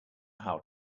how